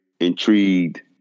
intrigued